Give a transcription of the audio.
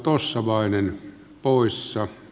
herra puhemies